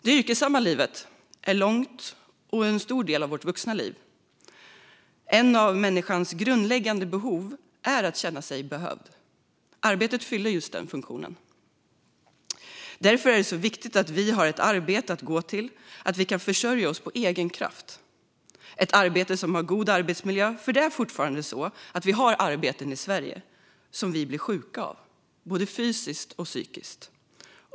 Det yrkesverksamma livet är långt och utgör en stor del av vårt vuxna liv. Ett av människans grundläggande behov är att känna sig behövd. Arbetet fyller just den funktionen. Därför är det så viktigt att vi har ett arbete att gå till och att vi kan försörja oss av egen kraft, och det ska vara ett arbete med god arbetsmiljö - för det är fortfarande så att det finns arbeten i Sverige som vi blir sjuka av, både fysiskt och psykiskt.